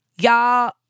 Y'all